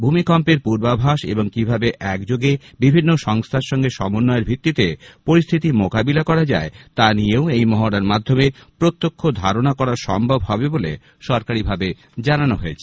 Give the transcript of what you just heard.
ভূমিকম্পের পূর্বাভাস এবং কিভাবে একযোগে বিভিন্ন সংস্থার সঙ্গে সমন্বয়ের ভিত্তিতে পরিস্থিতির মোকাবেলা করা যায় তা নিয়েও এই মহড়ার মাধ্যমে প্রত্যক্ষ ধারণা করা সম্ভব হবে বলে সরকারিভাবে জানানো হয়েছে